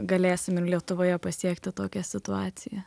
galėsim ir lietuvoje pasiekti tokią situaciją